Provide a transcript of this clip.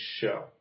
show